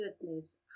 goodness